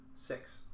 six